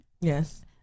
Yes